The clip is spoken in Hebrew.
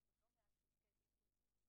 ומי שמתלוננים על התעמרות זה יותר גברים מאשר נשים.